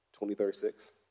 2036